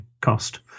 cost